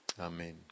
Amen